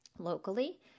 locally